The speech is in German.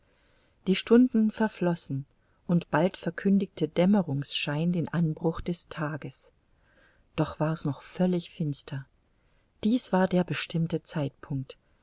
die stunden verflossen und bald verkündigte dämmerungsschein den anbruch des tages doch war's noch völlig finster dies war der bestimmte zeitpunkt